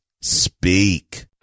Speak